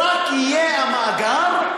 רק יהיה המאגר,